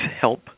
help